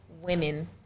Women